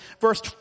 verse